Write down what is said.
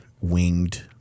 winged